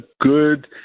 good